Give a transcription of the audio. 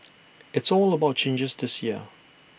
it's all about changes this year